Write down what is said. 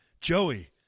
Joey